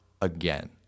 again